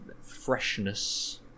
freshness